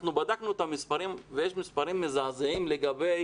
אנחנו בדקנו את המספרים ויש מספרים מזעזעים לגבי